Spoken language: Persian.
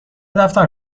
دفتر